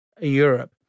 Europe